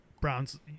brown's